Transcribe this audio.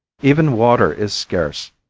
even water is scarce.